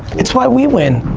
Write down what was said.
it's why we win.